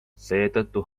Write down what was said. seetõttu